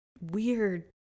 weird